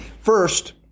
First